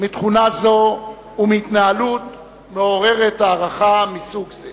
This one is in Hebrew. מתכונה זו ומהתנהלות מעוררת הערכה מסוג זה.